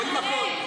רואים הכול.